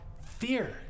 fear